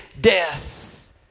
death